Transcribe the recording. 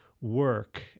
work